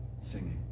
singing